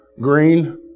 green